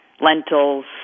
lentils